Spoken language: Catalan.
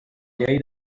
llei